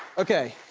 okay.